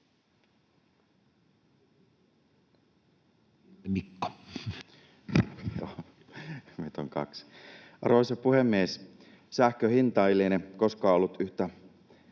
Arvoisa puhemies! Sähkön hinta ei liene koskaan ollut yhtä